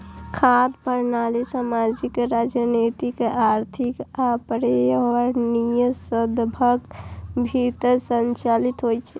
खाद्य प्रणाली सामाजिक, राजनीतिक, आर्थिक आ पर्यावरणीय संदर्भक भीतर संचालित होइ छै